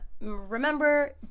Remember